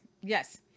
Yes